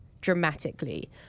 dramatically